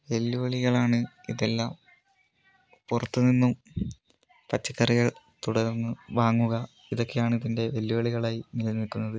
വെല്ലുവിളികളാണ് ഇതെല്ലാം പുറത്തു നിന്നും പച്ചക്കറികൾ തുടർന്ന് വാങ്ങുക ഇതൊക്കെയാണ് ഇതിൻ്റെ വെല്ലുവിളികളായി നിലനിൽക്കുന്നത്